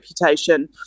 reputation